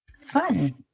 Fun